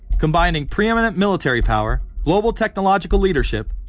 combining pre-eminent military power, global technological leadership,